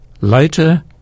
Later